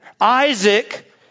Isaac